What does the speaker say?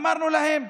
אמרנו להם: